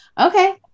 okay